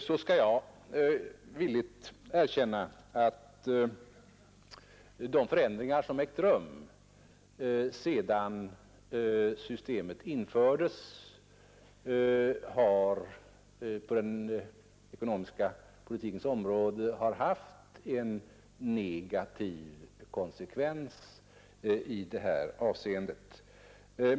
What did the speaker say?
Jag skall villigt erkänna att de förändringar som ägt rum på den ekonomiska politikens område sedan systemet infördes har haft en negativ konsekvens i det här avseendet.